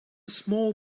small